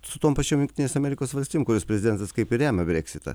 su tom pačiom jungtinės amerikos valstijom kurios prezidentas kaip ir remia breksitą